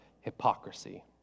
hypocrisy